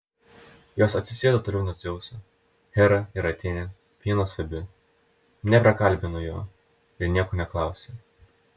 jos atsisėdo toliau nuo dzeuso hera ir atėnė vienos abi neprakalbino jo ir nieko neklausė